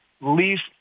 least